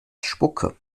spucke